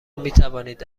میتوانید